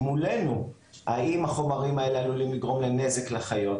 אני חושבת שהמהלך שלכם מבורך,